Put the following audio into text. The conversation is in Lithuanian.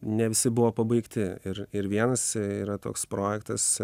ne visi buvo pabaigti ir ir vienas yra toks projektas